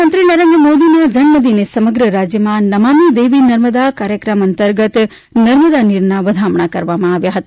પ્રધાનમંત્રી નરેન્દ્ર મોદીના જન્મદિવસે સમગ્ર રાજ્યમાં નમામી દેવી નર્મદા કાર્યક્રમ અંતર્ગત નર્મદા નીરના વધામણા કરવામાં આવ્યા હતા